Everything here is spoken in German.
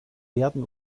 werden